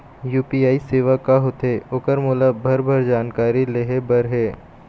UPI सेवा का होथे ओकर मोला भरभर जानकारी लेहे बर हे?